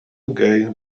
gay